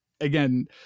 again